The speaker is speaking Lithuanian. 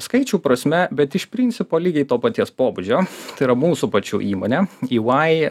skaičių prasme bet iš principo lygiai to paties pobūdžio tai yra mūsų pačių įmonė ey